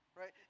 right